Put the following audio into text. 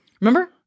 Remember